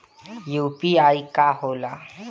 ई यू.पी.आई का होला?